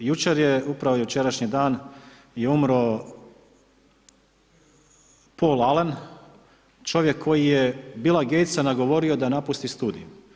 Jučer je, upravo jučerašnji dan je umro Poll Alen, čovjek koji je Billa Gatesa nagovorio da napusti studij.